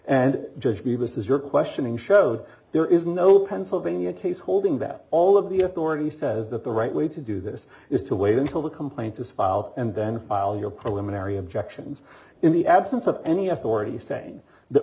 and judge me because you're questioning showed there is no pennsylvania case holding that all of the authority says that the right way to do this is to wait until the complaint is filed and then file your problem area objections in the absence of any authority saying that